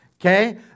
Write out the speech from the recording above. Okay